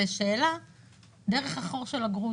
לשאלה דרך החור של הגרוש,